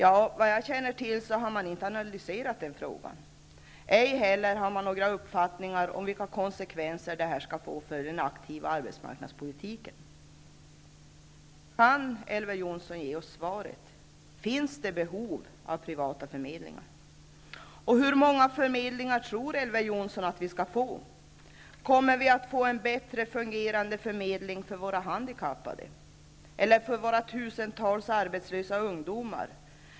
Såvitt jag känner till har man inte analyserat den frågan, ej heller har man några uppfattningar om vilka konsekvenserna blir för den aktiva arbetsmarknadspolitiken. Kan Elver Jonsson ge oss svaret? Finns det behov av privata förmedlingar? Hur många förmedlingar tror Elver Jonsson att vi skall få? Kommer vi att få en bättre fungerande förmedling för våra handikappade, eller för våra tusentals arbetslösa ungdomar?